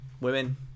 women